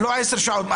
זה לא 10 שעות.